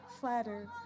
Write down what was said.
Flatter